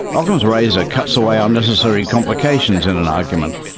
ockham's razor cuts away unnecessary complications in an argument.